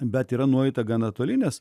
bet yra nueita gana toli nes